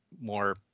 more